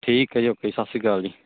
ਠੀਕ ਹੈ ਜੀ ਓਕੇ ਸਤਿ ਸ਼੍ਰੀ ਅਕਾਲ ਜੀ